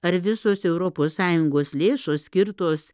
ar visos europos sąjungos lėšos skirtos